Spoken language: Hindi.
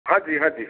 हाँ जी हाँ जी